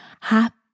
happy